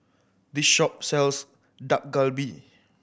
this shop sells Dak Galbi